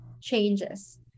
changes